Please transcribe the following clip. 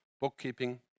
Bookkeeping